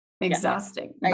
exhausting